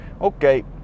Okay